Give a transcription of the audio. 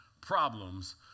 problems